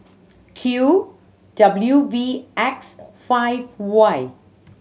Q W V X five Y